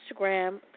Instagram